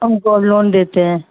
ہم gold loan دیتے ہیں